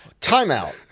timeout